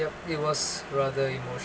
yup it was rather emotional